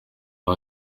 aho